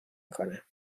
کنم